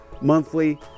monthly